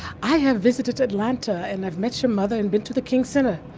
i have visited atlanta and have met your mother and been to the king center.